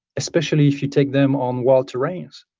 especially if you take them on wild terrains.